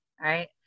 right